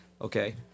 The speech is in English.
Okay